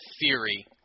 theory